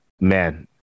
man